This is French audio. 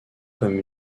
comme